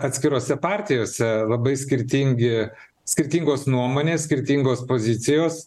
atskirose partijose labai skirtingi skirtingos nuomonės skirtingos pozicijos